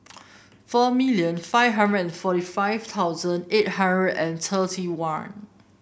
four million five hundred and forty five thousand eight hundred and thirty one